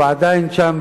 הוא עדיין שם,